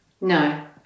No